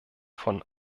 von